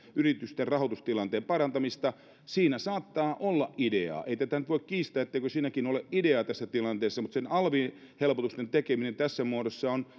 yritysten rahoitustilanteen parantamisesta siinä saattaa olla ideaa ei tätä nyt voi kiistää etteikö siinäkin ole ideaa tässä tilanteessa mutta alvihelpotusten tekeminen tässä muodossa on